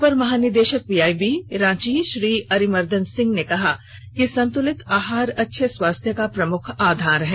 अपर महानिदेशक पीआईबी रांची श्री अरिमर्दन सिंह ने कहा कि संतुलित आहार अच्छे स्वास्थ्य का प्रमुख आधार है